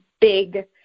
big